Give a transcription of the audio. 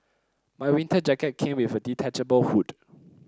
my winter jacket came with a detachable hood